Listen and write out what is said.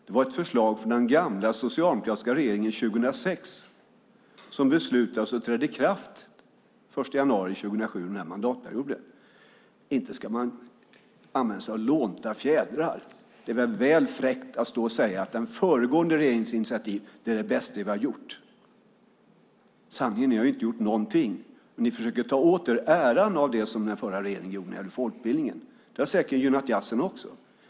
Det var ett förslag från den gamla, socialdemokratiska regeringen 2006 som beslutades och trädde i kraft den 1 januari 2007, den här mandatperioden. Inte ska man använda sig av lånta fjädrar. Det är väl fräckt att stå och säga att den föregående regeringens initiativ är det bästa ni har gjort. Sanningen är att ni inte har gjort någonting. Ni försöker ta åt er äran av det som den förra regeringen gjorde när det gäller folkbildningen. Det har säkert gynnat jazzen också.